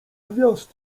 gwiazd